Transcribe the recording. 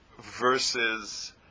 versus